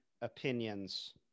opinions